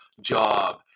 job